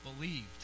believed